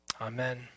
Amen